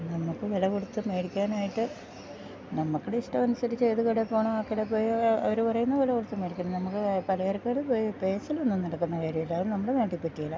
നമുക്ക് വില കൊട്ത്ത് മേടിക്കാനായിട്ട് നമ്മക്കടെ ഇഷ്ടം അന്സരിച്ചേത് കടെ പോണോ ആ കടെ പോയി അവര് പറയ്ന്ന വെല കൊട്ത്ത് മേടിക്കുന്നു നമ്മള് പലചരക്ക് കടെ പോയി പേശലൊന്നും നടക്ക്ന്ന കാര്യല്ല അത് നമ്മുടെ നാട്ടി പറ്റ്യേല